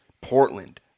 Portland